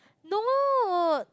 no